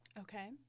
Okay